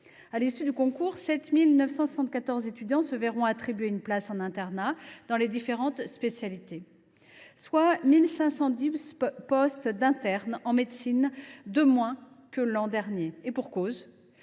À l’issue du concours, 7 974 étudiants se verront attribuer une place en internat dans les différentes spécialités, ce qui représente 1 510 postes d’internes en médecine de moins que l’an dernier. Et pour cause,